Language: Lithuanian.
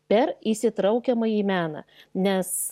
per įsitraukiamąjį meną nes